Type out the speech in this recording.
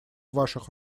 ваших